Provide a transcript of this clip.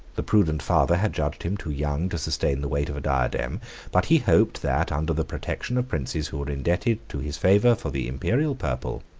the prudent father had judged him too young to sustain the weight of a diadem but he hoped that, under the protection of princes who were indebted to his favor for the imperial purple,